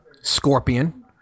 Scorpion